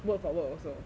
word for word also